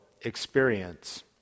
experience